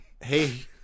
hey